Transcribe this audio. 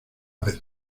vez